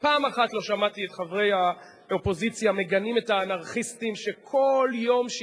פעם אחת לא שמעתי את חברי האופוזיציה מגנים את האנרכיסטים שכל יום שישי,